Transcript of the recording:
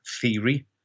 theory